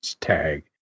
tag